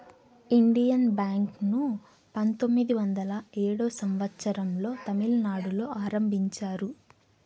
Indian Bank ను పంతొమ్మిది వందల ఏడో సంవచ్చరం లో తమిళనాడులో ఆరంభించారు